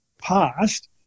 past